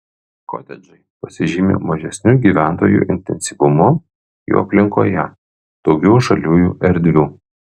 kotedžai pasižymi mažesniu gyventojų intensyvumu jų aplinkoje daugiau žaliųjų erdvių